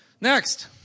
Next